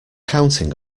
counting